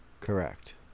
Correct